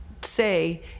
say